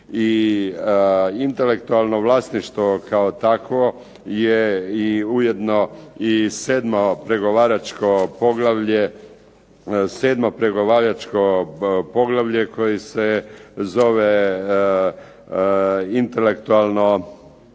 I intelektualno vlasništvo kao takvo je i ujedno i sedmo pregovaračko poglavlje koje se zove intelektualno vlasništvo.